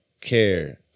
care